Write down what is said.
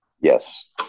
Yes